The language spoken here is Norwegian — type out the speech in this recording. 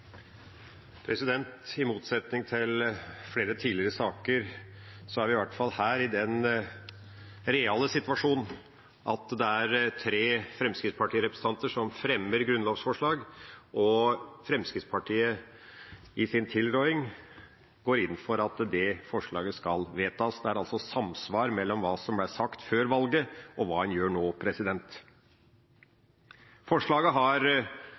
vi i hvert fall her i den reale situasjonen at det er tre fremskrittspartirepresentanter som fremmer grunnlovsforslag, og at Fremskrittspartiet i sin tilråding går inn for at det forslaget skal vedtas. Det er altså samsvar mellom hva som ble sagt før valget, og hva en gjør nå. Forslaget har